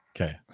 Okay